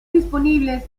disponibles